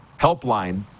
helpline